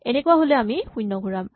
এনেকুৱা হ'লে আমি শূণ্য ঘূৰাম